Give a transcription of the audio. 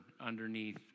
underneath